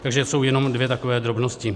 Takže jsou jenom dvě takové drobnosti.